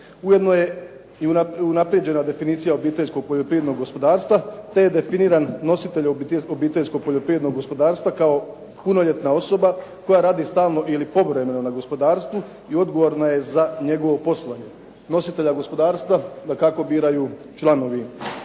Ujedno je i unaprijeđena definicija obiteljskog poljoprivrednog gospodarstva te je definiran nositelj obiteljskog poljoprivrednog gospodarstva kao punoljetna osoba koja radi stalno ili povremeno na gospodarstvu i odgovorna je za njegovo poslovanje. Nositelja gospodarstva dakako biraju članovi